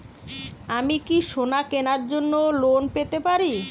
আমি কি সোনা কেনার জন্য লোন পেতে পারি?